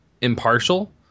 impartial